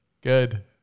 good